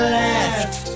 left